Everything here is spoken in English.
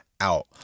out